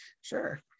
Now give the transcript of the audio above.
Sure